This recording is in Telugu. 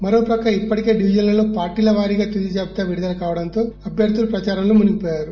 మరోప్రక్క ఇప్పటికే డివిజన్లలో పార్టీల వారీగా తుదిజాబితా విడుదల కావడంతో అభ్యర్థులు ప్రచారంలో మునిగిపోయారు